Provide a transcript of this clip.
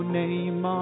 name